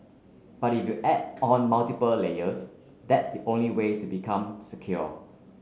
but if you add on multiple layers that's the only way to become secure